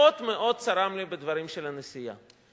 מאוד מאוד צרם לי בדברים של הנשיאה.